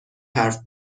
حرف